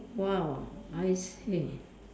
!wow! I see